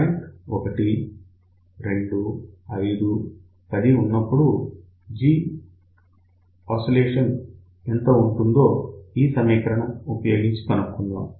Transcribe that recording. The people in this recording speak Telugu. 1 2 5 10 ఉన్నప్పుడు Gosc ఎంత ఉంటుందో ఈ సమీకరణం వాడి కనుక్కుందాం